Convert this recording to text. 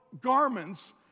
garments